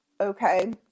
Okay